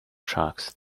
sharks